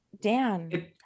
Dan